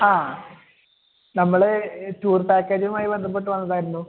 ആ നമ്മള് ടൂർ പാക്കേജുമായി ബന്ധപ്പെട്ട് വന്നതായിരുന്നു